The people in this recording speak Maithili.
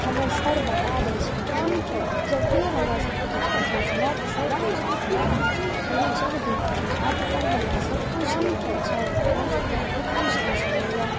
तऽ हमर सर बता दै छलखिन हँ जभिये हमरा सबके दिक्कत होइ छलै तऽ सर कहै छलखिन हँ की जब दिक्कत हैत तब हमरासँ पूछि लेबैके छै तऽ हमसब जाके पूछि लै छलियै हँ